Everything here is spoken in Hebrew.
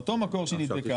מאותו מקום שנדבקה.